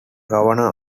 governor